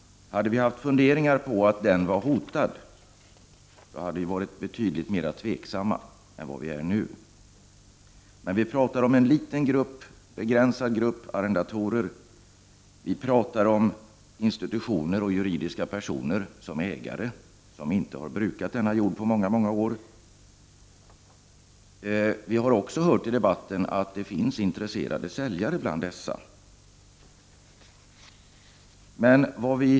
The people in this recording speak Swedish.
Om vi haft funderingar på att arrendemarknaden var hotad skulle vi varit betydligt mer tveksamma än vad vi är nu. Men vi talar här om en liten begränsad grupp arrendatorer. Det är institutioner och juridiska personer som är ägare till marken och som inte har brukat jorden på många år. Vi har också hört i debatten att det finns intresserade säljare bland dessa ägare.